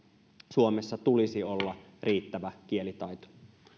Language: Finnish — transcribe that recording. suomessa tulisi olla riittävä kielitaito